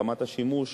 רמת השימוש